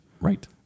Right